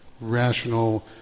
rational